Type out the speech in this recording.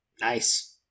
Nice